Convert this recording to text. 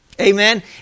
Amen